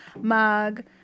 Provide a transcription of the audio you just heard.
mug